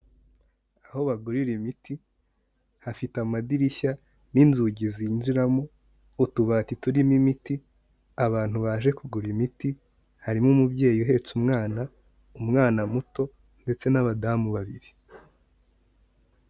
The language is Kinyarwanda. Aho bagurira imiti, hafite amadirishya n'inzugi zinjiramo, utubati turimo imiti, abantu baje kugura imiti, harimo umubyeyi uhetse umwana, umwana muto ndetse n'abadamu babiri.